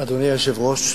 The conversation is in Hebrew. אדוני היושב-ראש,